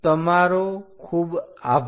તમારો ખૂબ આભાર